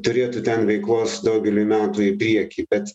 turėtų ten veiklos daugeliui metų į priekį bet